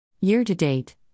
Year-to-date